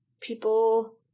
people